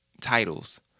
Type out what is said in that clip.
titles